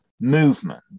movement